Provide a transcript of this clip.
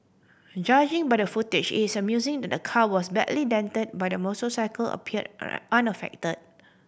judging by the footage it is amusing that the car was badly dented but the motorcycle appeared unaffected